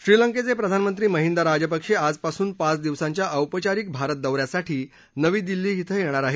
श्रीलंकेचे प्रधानमंत्री महिंदा राजपक्षे आजपासून पाच दिवसाच्या औपचारिक भारत दौऱ्यासाठी नवी दिल्ली इथं येणार आहेत